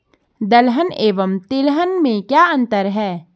दलहन एवं तिलहन में क्या अंतर है?